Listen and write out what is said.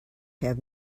have